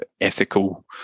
ethical